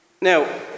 Now